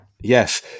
yes